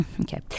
okay